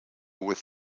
with